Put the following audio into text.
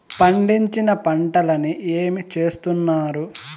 పండించిన పంటలని ఏమి చేస్తున్నారు?